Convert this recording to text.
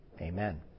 Amen